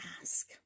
ask